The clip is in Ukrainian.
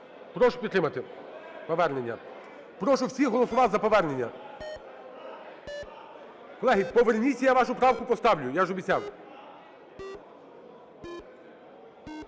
Прошу підтримати повернення, прошу всіх голосувати за повернення. Колеги, поверніться, я вашу правку поставлю, я ж обіцяв.